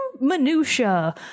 minutiae